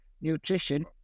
nutrition